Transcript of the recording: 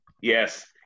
yes